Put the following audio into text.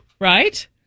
Right